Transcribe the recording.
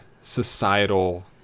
societal